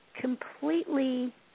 completely